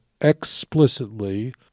explicitly